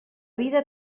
vida